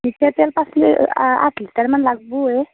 মিঠাতেল পাঁচ আঠ লিটাৰ মান লাগব'য়ে